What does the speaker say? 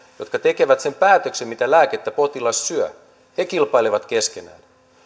jotka tekevät sen päätöksen mitä lääkettä potilas syö he kilpailevat keskenään